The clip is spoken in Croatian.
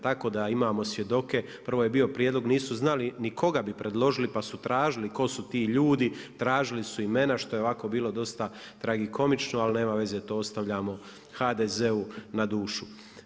Tako da imamo svjedoke, prvo je bio prijedlog, nisu znali ni koga bi predložili pa su tražili tko su ti ljudi, tražili su imena što je ovako bilo dosta tragikomično, ali nema veze, to ostavljamo HDZ-u na dušu.